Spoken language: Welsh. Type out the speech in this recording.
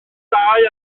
dau